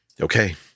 Okay